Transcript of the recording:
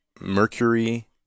Mercury